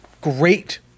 great